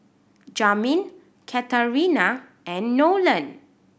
Jamin Katharina and Nolen